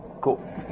Cool